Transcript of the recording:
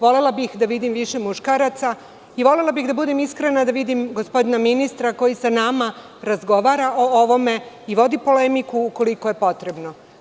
Volela bih da vidim više muškaraca i volela bih, da budem iskrena, da vidim gospodina ministra koji sa nama razgovara o ovome i vodi polemiku ukoliko je potrebno.